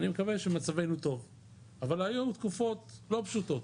אני מקווה שמצבנו טוב אבל היו תקופות לא פשוטות